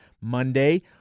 Monday